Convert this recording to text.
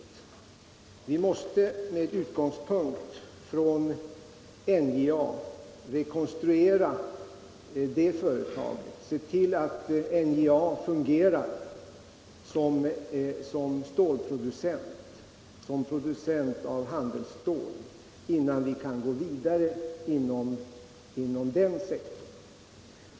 Vi måste med utgångspunkt i NJA rekonstruera företaget, se till att NJA fungerar som producent av handelsstål, innan vi kan gå vidare inom den sektorn.